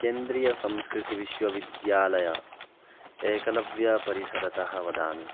केन्द्रीयसंस्कृतविश्वविद्यालय एकलव्यपरिसरतः वदामि